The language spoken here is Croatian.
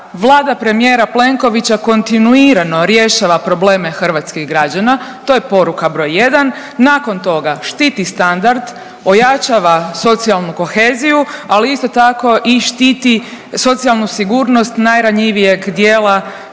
Vlada premijera Plenkovića kontinuirano rješava probleme hrvatskih građana to je poruka broj jedan. Nakon toga, štiti standard, ojačava socijalnu koheziju, ali isto tako i štiti socijalnu sigurnost najranjivijeg dijela hrvatskoga